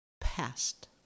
past